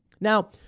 Now